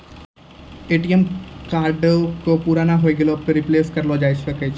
ATM कार्डो के पुराना होय गेला पे रिप्लेस सेहो करैलो जाय सकै छै